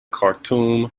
khartoum